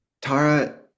Tara